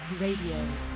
Radio